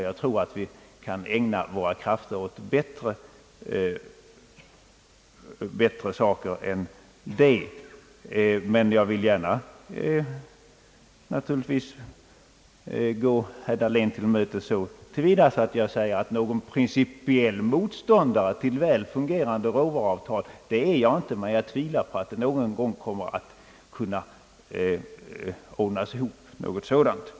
Jag tror att vi kan ägna våra krafter åt bättre saker. Jag vill dock gärna gå herr Dahlén till mötes så till vida att jag säger att jag inte är någon principiell motståndare till väl fungerande råvaruavtal, men jag tvivlar på att det någon gång skall kunna åstadkommas ett sådant avtal.